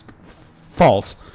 False